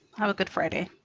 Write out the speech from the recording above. have a good friday.